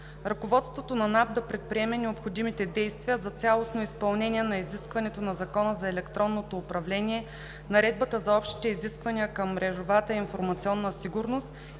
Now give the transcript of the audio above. ръководството на НАП да предприеме необходимите действия за цялостно изпълнение на изискването на Закона за електронното управление, Наредбата за общите изисквания към мрежовата информационна сигурност